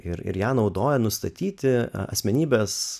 ir ir ją naudoja nustatyti asmenybės